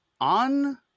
on